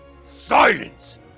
Silence